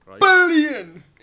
billion